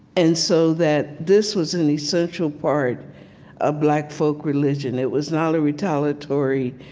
and so that this was an essential part of black folk religion. it was not a retaliatory